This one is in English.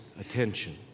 attention